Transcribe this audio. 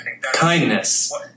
kindness